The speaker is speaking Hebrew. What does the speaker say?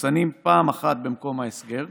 מחוסנים פעם אחת במקום ההסגר,